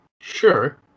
Sure